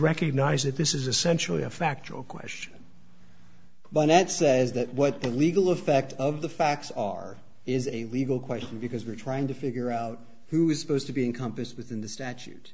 recognized that this is essentially a factual question but that says that what the legal effect of the facts are is a legal question because we're trying to figure out who is supposed to be encompassed within the statute